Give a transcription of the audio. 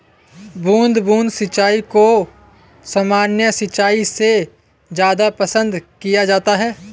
बूंद बूंद सिंचाई को सामान्य सिंचाई से ज़्यादा पसंद किया जाता है